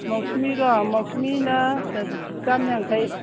ꯃꯧꯁꯃꯤꯔꯣ ꯃꯧꯁꯃꯤꯅ ꯆꯥꯝ ꯌꯥꯡꯈꯩ